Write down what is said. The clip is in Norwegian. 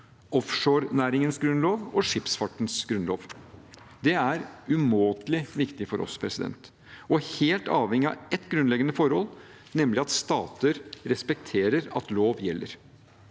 offshorenæringens grunnlov og skipsfartens grunnlov. Det er umåtelig viktig for oss og helt avhengig av ett grunnleggende forhold, nemlig at stater respekterer at lov gjelder.